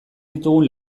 ditugun